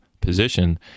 position